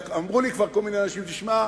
אמרו לי כבר כל מיני אנשים: תשמע,